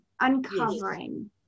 uncovering